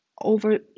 Over